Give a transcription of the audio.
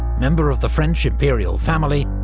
member of the french imperial family,